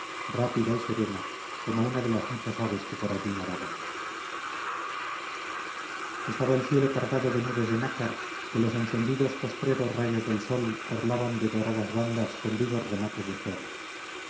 rápida y serena como una de las muchas aves que por allí nadaban estaba el cielo cargado de nubes de nácar que los encendidos postreros rayos del sol orlaban de doradas bandas con vivos remates de fuego